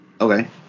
okay